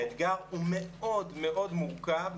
האתגר הוא מאוד מאוד מורכב,